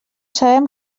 sabem